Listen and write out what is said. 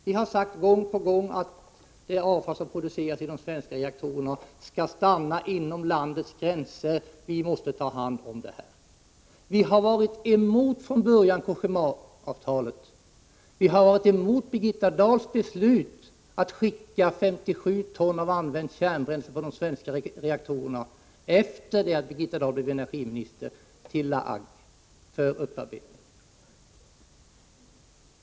Vi har sagt gång på gång att det avfall som produceras inom de svenska reaktorerna skall stanna inom landets gränser, att vi måste ta hand om det. Vi har från början varit emot Cogéma-avtalet. Vi har varit emot Birgitta Dahls beslut, efter det Birgitta Dahl blev energiminister, att skicka 57 ton använt kärnbränsle från svenska reaktorerna till La Hague för upparbetning.